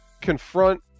confront